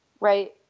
right